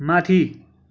माथि